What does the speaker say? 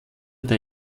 der